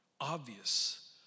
obvious